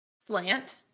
Slant